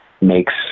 makes